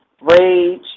rage